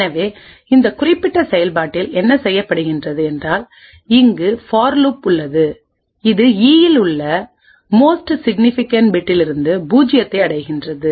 எனவே இந்த குறிப்பிட்ட செயல்பாட்டில் என்ன செய்யப்படுகிறது என்றால் இங்கு ஒரு பார் லூப் உள்ளது இது இ இல் உள்ள மோஸ்ட் சிக்னிஃபிகேண்ட் பிட்டில் இருந்து பூஜ்ஜியத்தை அடைகிறது